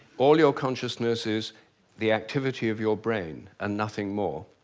all your consciousness is the activity of your brain, and nothing more.